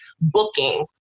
booking